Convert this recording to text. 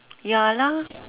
ya lah